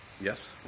Yes